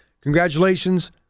congratulations